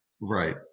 Right